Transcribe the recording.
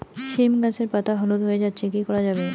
সীম গাছের পাতা হলুদ হয়ে যাচ্ছে কি করা যাবে?